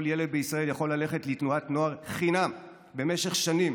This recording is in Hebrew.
כל ילד בישראל יכול ללכת לתנועת נוער חינם במשך שנים